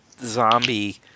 zombie